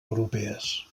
europees